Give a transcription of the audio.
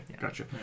gotcha